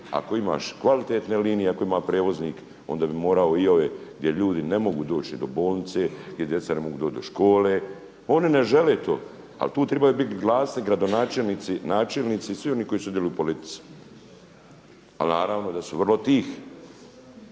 ako imaš kvalitetna linije ako ima prijevoznik onda bi morao i ove gdje ljudi ne mogu doći do bolnice, gdje djeca ne mogu doći do škole. Oni ne žele to, ali tu trebaju biti glasni gradonačelnici, načelnici svi oni koji sudjeluju u politici, ali naravno da su vrlo tihi.